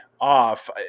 off